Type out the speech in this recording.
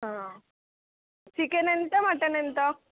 chicken ఎంత mutton ఎంత